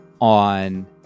on